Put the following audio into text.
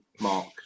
mark